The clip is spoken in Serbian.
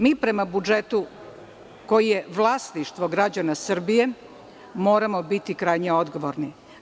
Mi prema budžetu koji je vlasništvo građana Srbije moramo biti krajnje odgovorni.